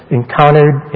encountered